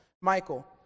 Michael